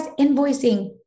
invoicing